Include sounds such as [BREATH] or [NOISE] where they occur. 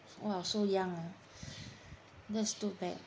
!wah! so young ah [BREATH] that's too bad